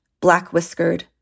Black-whiskered